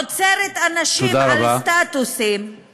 עוצרת אנשים על סטטוסים,